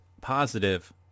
positive